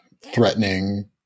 threatening